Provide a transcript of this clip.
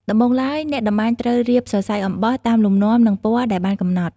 ដំបូងឡើយ អ្នកតម្បាញត្រូវ រៀបសរសៃអំបោះ តាមលំនាំនិងពណ៌ដែលបានកំណត់។